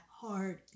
hard